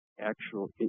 actual